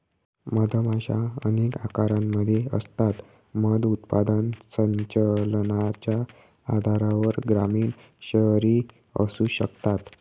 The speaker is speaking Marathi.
मधमाशा अनेक आकारांमध्ये असतात, मध उत्पादन संचलनाच्या आधारावर ग्रामीण, शहरी असू शकतात